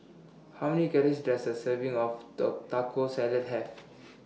How Many Calories Does A Serving of Taco Salad Have